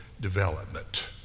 development